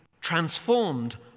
transformed